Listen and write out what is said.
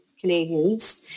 Canadians